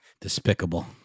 Despicable